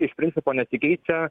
iš principo nesikeičia